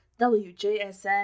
WJSN